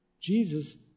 Jesus